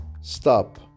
stop